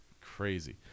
crazy